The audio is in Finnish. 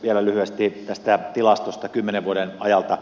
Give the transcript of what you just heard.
vielä lyhyesti tästä tilastosta kymmenen vuoden ajalta